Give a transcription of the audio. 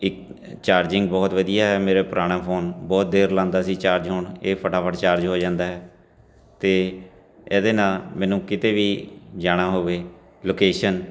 ਇੱਕ ਚਾਰਜਿੰਗ ਬਹੁਤ ਵਧੀਆ ਮੇਰਾ ਪੁਰਾਣਾ ਫੋਨ ਬਹੁਤ ਦੇਰ ਲਾਉਂਦਾ ਸੀ ਚਾਰਜ ਹੋਣ ਇਹ ਫਟਾਫਟ ਚਾਰਜ ਹੋ ਜਾਂਦਾ ਹੈ ਅਤੇ ਇਹਦੇ ਨਾਲ ਮੈਨੂੰ ਕਿਤੇ ਵੀ ਜਾਣਾ ਹੋਵੇ ਲੋਕੇਸ਼ਨ